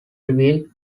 revealed